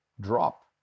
drop